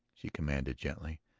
she commanded gently.